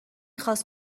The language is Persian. خواست